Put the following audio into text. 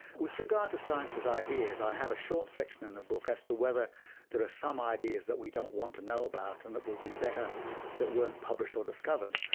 with regard to science's ideas, i have a short section in the book as to whether there are some ideas that we don't want to know about and that would better that weren't published or discovered,